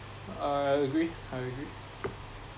uh I agree I agree